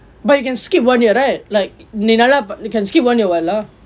but you can skip one year right like நீ நல்லா:ni nallaa you can skip one year [what] lah